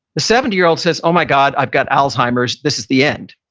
the seventy year old says, oh my god, i've got alzheimer's. this is the end.